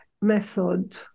method